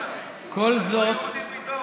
כל זאת, היהודים באתיופיה, מה איתם?